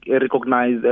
recognize